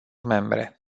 membre